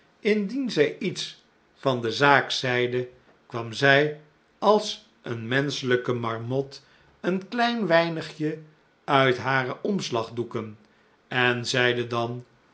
indien zij iets van de zaak zeide kwam zij als een menschelijke marmot een klein weinigje uit hare omslagdoeken en zeide dan